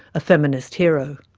a feminist hero,